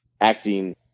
acting